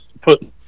Put